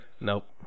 Nope